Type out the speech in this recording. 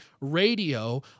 radio